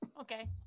Okay